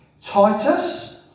Titus